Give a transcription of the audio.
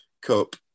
Cup